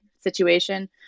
situation